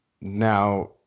Now